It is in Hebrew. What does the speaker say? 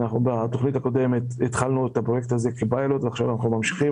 בתכנית הקודמת התחלנו את הפרויקט הזה כפיילוט ועכשיו אנחנו ממשיכים